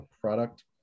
product